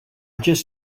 just